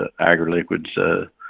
AgriLiquid's